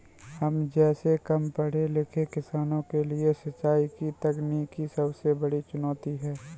हम जैसै कम पढ़े लिखे किसानों के लिए सिंचाई की तकनीकी सबसे बड़ी चुनौती है